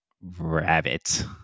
rabbit